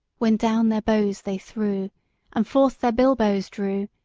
when down their bows they threw and forth their bilbos drew,